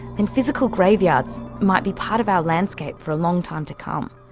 and physical graveyards might be part of our landscape for a long time to come.